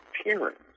appearance